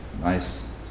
Nice